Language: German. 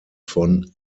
von